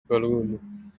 balloon